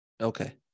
Okay